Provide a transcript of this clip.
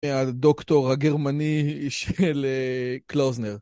הדוקטור הגרמני של קלוזנר.